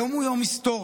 היום הוא יום היסטורי.